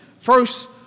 First